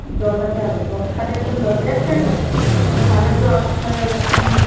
দশ হাজার বক্স খাটের দাম দশ হাজার টাকা তাহলে তো আপনার আপনার